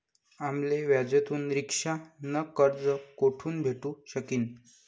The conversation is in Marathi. आम्ले व्याजथून रिक्षा न कर्ज कोठून भेटू शकीन